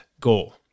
goal